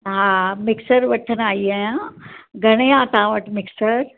हा मिक्सर वठण आई आहियां घणे आहे तव्हां वटि मिक्सर